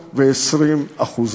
ב-320%,